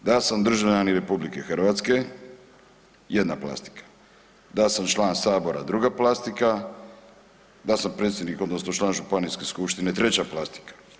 Da sam državljanin RH, jedna plastika, da sam član sabora, druga plastika, da sam predsjednik odnosno član županijske skupštine, treća plastika.